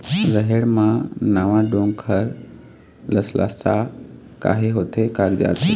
रहेड़ म नावा डोंक हर लसलसा काहे होथे कागजात हे?